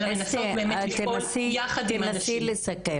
אלא לנסות באמת --- תנסי לסכם,